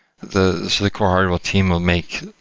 the the core hardware team will make